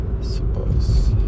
suppose